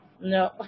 No